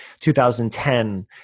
2010